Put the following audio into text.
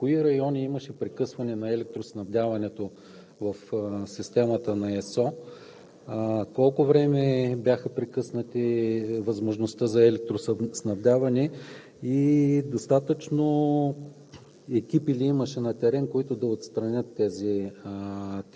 електроснабдяване, бихте ли ни информирали по-подробно в кои райони имаше прекъсване на електроснабдяването в системата на ЕСО? Колко време беше прекъсната възможността за електроснабдяване и достатъчно